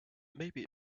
maybe